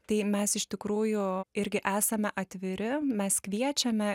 tai mes iš tikrųjų irgi esame atviri mes kviečiame